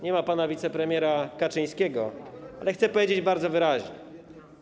Nie ma pana wicepremiera Kaczyńskiego, ale chcę powiedzieć bardzo wyraźnie.